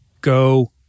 Go